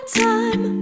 time